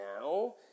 now